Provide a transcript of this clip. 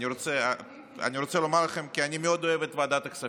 אני רוצה לומר לכם שאני מאוד אוהב את ועדת הכספים.